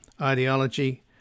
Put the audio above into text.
ideology